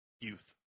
youth